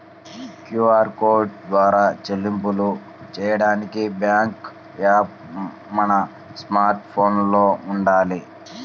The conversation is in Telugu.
క్యూఆర్ కోడ్ ద్వారా చెల్లింపులు చెయ్యడానికి బ్యేంకు యాప్ మన స్మార్ట్ ఫోన్లో వుండాలి